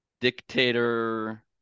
dictator